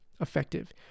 effective